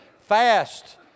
fast